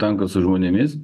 tankas su žmonėmis